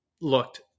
looked